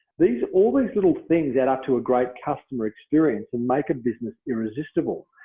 these all these little things add up to a great customer experience and make a business irresistible.